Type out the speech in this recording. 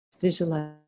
visualize